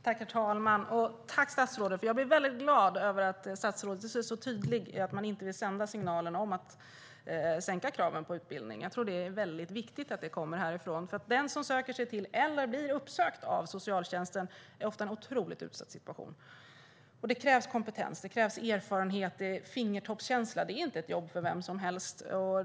Herr talman! Tack, statsrådet! Jag blir väldigt glad över att statsrådet så tydligt sänder signalen att hon inte vill sänka kraven på utbildning. Jag tror att det är viktigt att den kommer härifrån, för den som söker sig till eller blir uppsökt av socialtjänsten är ofta i en otroligt utsatt situation, och då krävs det kompetens, erfarenhet och fingertoppskänsla. Det är inte ett jobb för vem som helst.